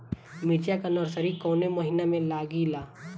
मिरचा का नर्सरी कौने महीना में लागिला?